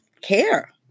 care